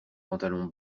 pantalons